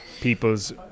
people's